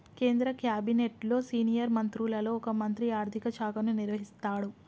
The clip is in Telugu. కేంద్ర క్యాబినెట్లో సీనియర్ మంత్రులలో ఒక మంత్రి ఆర్థిక శాఖను నిర్వహిస్తాడు